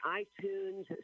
iTunes